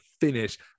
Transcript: finish